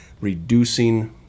reducing